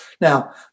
now